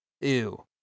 Ew